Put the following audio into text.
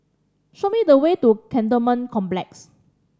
show me the way to Cantonment Complex